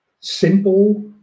simple